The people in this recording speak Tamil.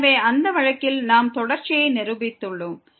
எனவே அந்த வழக்கில் நாம் தொடர்ச்சியை நிரூபித்துள்ளோம்